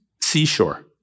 seashore